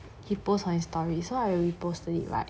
he post on its stories so I reposted it right then